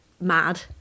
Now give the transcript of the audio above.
mad